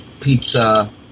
Pizza